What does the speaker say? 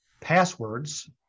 passwords